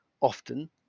often